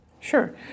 Sure